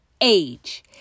age